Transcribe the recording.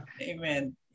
Amen